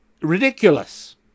ridiculous